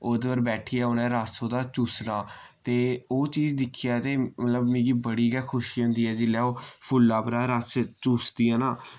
ओह्दे पर बैठियै उ'न्नै रस ओह्दा चूसना ते ओह् चीज दिक्खियै ते मतलब मिगी बड़ी गै खुशी होंदी ऐ जिल्लै ओह् फुल्ला परा रस चूसदियां न